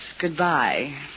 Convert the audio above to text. goodbye